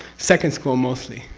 second school mostly.